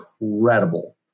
incredible